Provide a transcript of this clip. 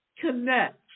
Connect